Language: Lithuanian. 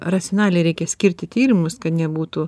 racionaliai reikia skirti tyrimus kad nebūtų